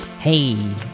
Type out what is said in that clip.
Hey